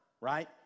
right